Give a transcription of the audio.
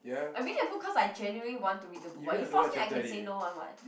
I reading the book cause I genuinely want to read the book [what] you force me I can say no one [what]